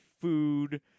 food